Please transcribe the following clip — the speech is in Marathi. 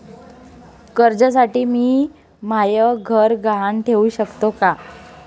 कर्जसाठी मी म्हाय घर गहान ठेवू सकतो का